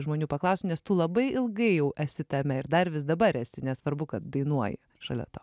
žmonių paklausiu nes tu labai ilgai jau esi tame ir dar vis dabar esi nesvarbu kad dainuoji šalia to